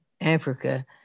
Africa